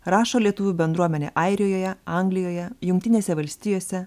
rašo lietuvių bendruomenę airijoje anglijoje jungtinėse valstijose